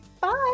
bye